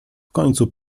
końcu